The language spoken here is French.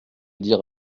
dire